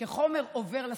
כחומר עובר לסוחר,